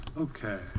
Okay